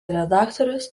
redaktorius